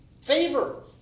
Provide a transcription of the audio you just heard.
Favor